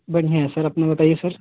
बढ़िया हैं सर अपने बताइए सर